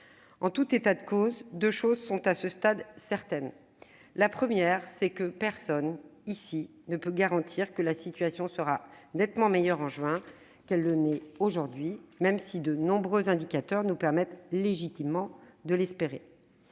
En tout état de cause, deux choses sont à ce stade certaines. Tout d'abord, personne, ici, ne peut garantir que la situation sera nettement meilleure en juin prochain qu'elle ne l'est aujourd'hui, même si de nombreux indicateurs nous permettent légitimement de l'espérer.